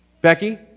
Becky